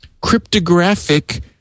cryptographic